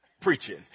preaching